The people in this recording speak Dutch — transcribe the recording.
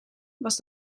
was